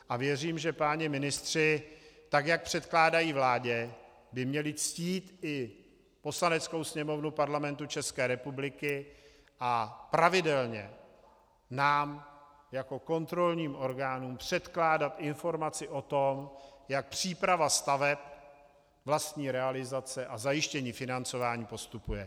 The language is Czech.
A věřím, že páni ministři, tak jak předkládají vládě, by měli ctít i Poslaneckou sněmovnu Parlamentu České republiky a pravidelně nám jako kontrolním orgánům předkládat informaci o tom, jak příprava staveb, vlastní realizace a zajištění financování postupuje.